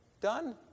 done